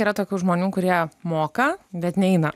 yra tokių žmonių kurie moka bet neina